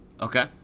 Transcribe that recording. Okay